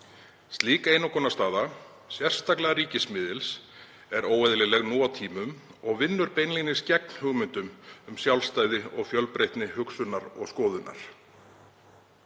Slík einokunarstaða, sérstaklega ríkismiðils, er óeðlileg nú á tímum og vinnur beinlínis gegn hugmyndum um sjálfstæði og fjölbreytni hugsunar og skoðana.